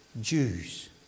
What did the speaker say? Jews